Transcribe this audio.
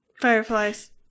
Fireflies